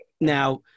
Now